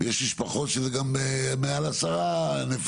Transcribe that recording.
יש משפחות שזה גם מעל עשר נפשות,